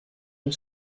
une